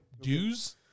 dues